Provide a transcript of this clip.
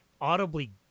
audibly